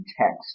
text